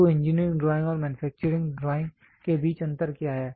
तो engineering drawing और manufacturing drawing के बीच अंतर क्या है